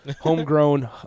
homegrown